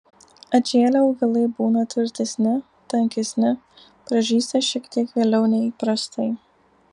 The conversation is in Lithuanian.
atžėlę augalai būna tvirtesni tankesni pražysta šiek tiek vėliau nei įprastai